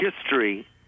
history